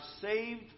saved